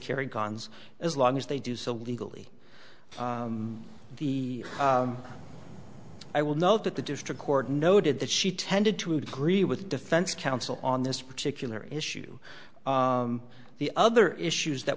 carry guns as long as they do so legally the i will note that the district court noted that she tended to agree with defense counsel on this particular issue the other issues that